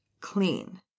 clean